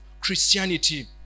Christianity